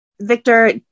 Victor